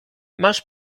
masz